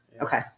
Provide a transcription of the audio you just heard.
okay